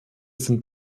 sind